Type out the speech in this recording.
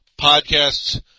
podcasts